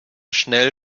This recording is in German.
schnell